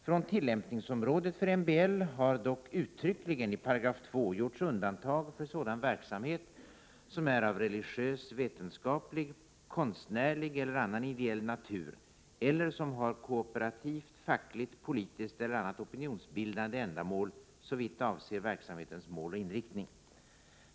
Från tillämpningsområdet för MBL har emellertid uttryckligen i 2 § gjorts undantag för sådan verksamhet som är av religiös, vetenskaplig, konstnärlig eller annan ideell natur eller som har kooperativt, fackligt, politiskt eller annat opinionsbildande ändamål såvitt avser verksamhetens mål och inriktning.